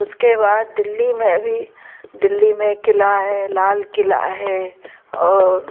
उसके बाद दिल्ली में भी दिल्ली में किला है लाल किला है और